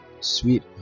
sweet